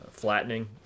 flattening